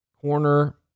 corner